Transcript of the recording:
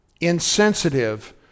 insensitive